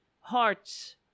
hearts